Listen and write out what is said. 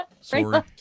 Sorry